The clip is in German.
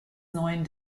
neuen